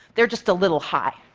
they're just a little high.